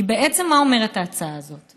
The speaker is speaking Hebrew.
כי בעצם מה אומרת ההצעה הזאת?